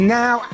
now